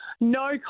No